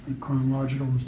chronological